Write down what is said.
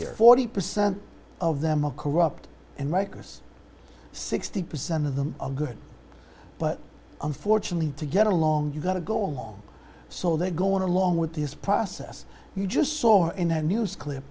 here forty percent of them are corrupt and writers sixty percent of them good but unfortunately to get along you've got to go along so they go along with this process you just saw in a news clip